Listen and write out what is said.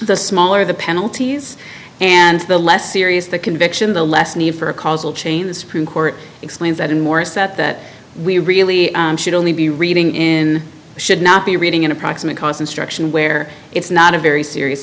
the smaller the penalties and the less serious the conviction the less need for a causal chain the supreme court explains that in morris that that we really should only be reading in should not be reading in a proximate cause instruction where it's not a very serious